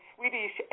Swedish